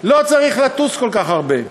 לא צריך לטוס כל כך הרבה.